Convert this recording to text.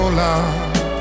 love